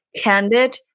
candid